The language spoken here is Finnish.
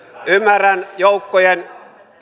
ymmärrän joukkojen